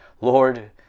Lord